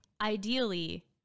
Ideally